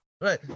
right